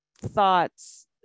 thoughts